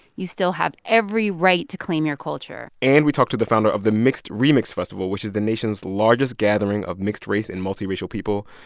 you still have every right to claim your culture and we talk to the founder of the mixed remixed festival, which is the nation's largest gathering of mixed-race and multiracial people.